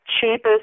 cheapest